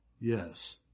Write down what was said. Yes